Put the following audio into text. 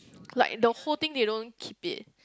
like the whole thing they don't keep it